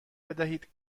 بدهید